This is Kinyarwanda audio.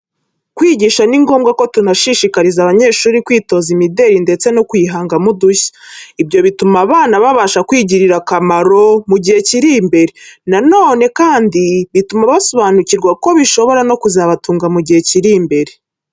Kwigisha ni ngombwa ko tunashishikariza abanyeshuri kwitoza gukora imideri ndetse no kuyihangamo udushya. Ibyo bituma abana babasha kwigirira akamaro mu gihe kiri imbere. Nanone kandi bituma basobanukirwa ko bishobora no kuzabatunga mu gihe kiri imbere.